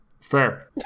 Fair